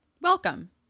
welcome